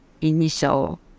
initial